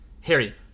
Harry